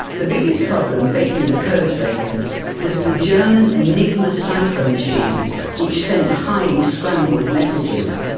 the biggest problem facing the code breakers was the german enigma cipher machine which sent highly scrambled messages.